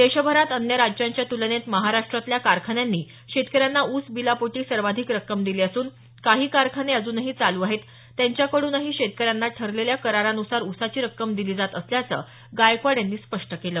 देशभरात अन्य राज्यांच्या तूलनेत महाराष्ट्रातल्या कारखान्यांनी शेतकऱ्यांना ऊस बिलापोटी सर्वाधिक रक्कम दिली असून काही कारखाने अजूनही चालू आहेत त्यांच्याकडूनही शेतकऱ्यांना ठरलेल्या करारानुसार उसाची रक्कम दिली जात असल्याचं गायकवाड यांनी स्पष्ट केलं